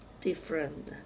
different